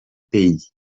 pays